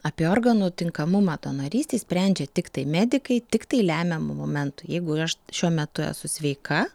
apie organų tinkamumą donorystei sprendžia tiktai medikai tiktai lemiamu momentu jeigu aš šiuo metu esu sveika